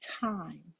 time